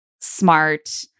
smart